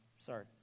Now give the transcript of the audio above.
Sorry